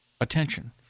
attention